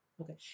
Okay